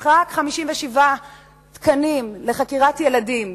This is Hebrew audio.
רק 57 תקנים לחקירת ילדים.